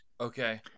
Okay